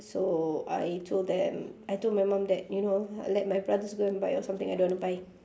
so I told them I told my mum that you know uh let my brothers go and buy or something I don't want to buy